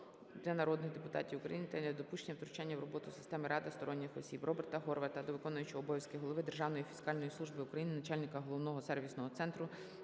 Дякую,